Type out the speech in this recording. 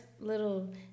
little